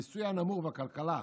המיסוי הנמוך והכלכלה